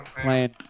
playing